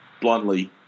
bluntly